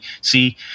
see